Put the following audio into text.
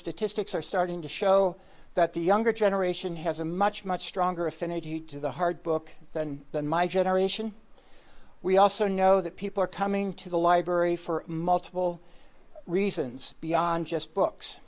statistics are starting to show that the younger generation has a much much stronger affinity to the hard book than than my generation we also know that people are coming to the library for multiple reasons beyond just books